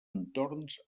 entorns